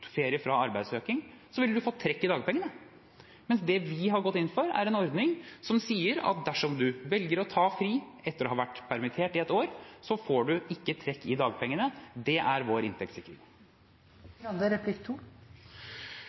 ferie fra arbeidssøking, ville man få trekk i dagpengene, mens det vi har gått inn for, er en ordning som sier at dersom man velger å ta fri etter å ha vært permittert i ett år, får man ikke trekk i dagpengene. Det er vår